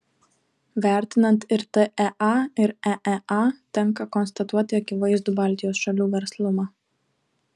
vertinant ir tea ir eea tenka konstatuoti akivaizdų baltijos šalių verslumą